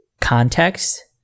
context